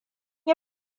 yi